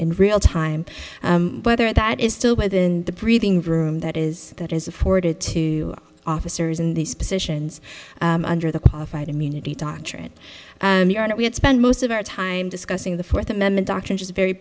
in real time whether that is still within the breathing room that is that is afforded to officers in these positions under the qualified immunity doctrine that we had spent most of our time discussing the fourth amendment doctrine just very